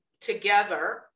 together